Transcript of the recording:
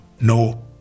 No